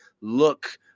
look